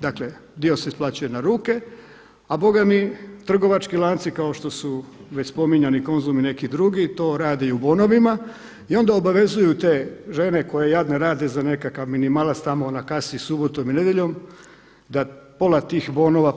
Dakle dio se isplaćuje na ruke, a … trgovački lanci kao što su već spominjani Konzum i neki drugi to rade i u bonovima i onda obavezuju te žene koje jadne rade za nekakav minimalac tamo na kasi subotom i nedjeljom da pola tih bonova